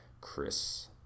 Chris